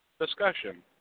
discussion